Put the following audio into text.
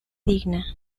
digna